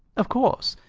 of course,